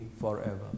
forever